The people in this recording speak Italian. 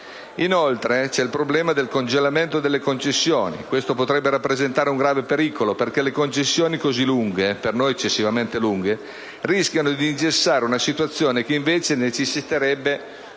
Inoltre c'è il problema del congelamento delle concessioni, che potrebbe rappresentare un grave pericolo, perché le concessioni così lunghe - per noi eccessivamente lunghe - rischiano di ingessare una situazione che invece necessiterebbe di dinamismo,